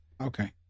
Okay